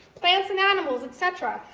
plants and animals, et cetera.